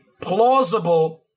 plausible